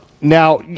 Now